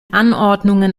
anordnungen